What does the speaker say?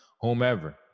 whomever